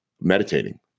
meditating